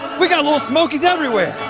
we got little smokies everywhere.